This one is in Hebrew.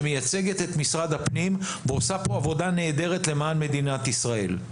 מייצגת את משרד הפנים ועושה פה עבודה נהדרת למען מדינת ישראל,